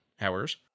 hours